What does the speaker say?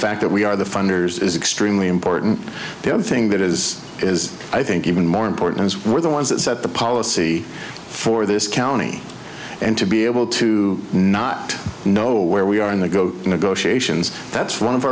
fact that we are the funders is extremely important the other thing that is is i think even more important is we're the ones that set the policy for this county and to be able to not know where we are in the go negotiations that's one of